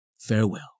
Farewell